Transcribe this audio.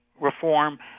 reform